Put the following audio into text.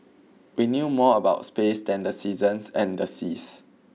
we knew more about space than the seasons and the seas